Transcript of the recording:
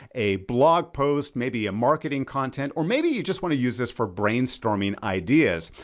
a blog post, maybe a marketing content, or maybe you just wanna use this for brainstorming ideas.